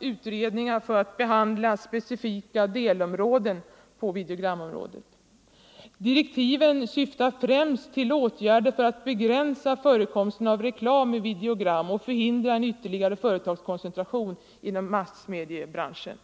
utredningar för att behandla speciella delområden på videogramområdet. Direktiven syftar främst till åtgärder för att begränsa förekomsten av reklam i videogram och förhindra en ytterligare företagskoncentration inom massmediebranschen.